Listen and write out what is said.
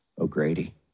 O'Grady